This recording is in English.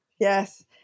Yes